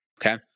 Okay